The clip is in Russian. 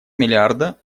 миллиарда